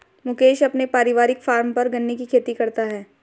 मुकेश अपने पारिवारिक फॉर्म पर गन्ने की खेती करता है